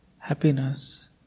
Happiness